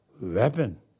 weapon